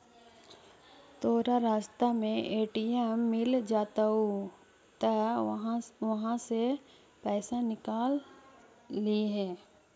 तोरा रास्ता में ए.टी.एम मिलऽ जतउ त उहाँ से पइसा निकलव लिहे